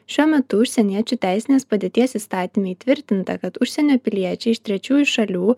šiuo metu užsieniečių teisinės padėties įstatyme įtvirtinta kad užsienio piliečiai iš trečiųjų šalių